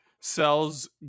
sells